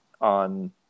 on